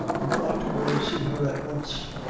you ought to go see her at wanst.